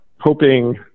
hoping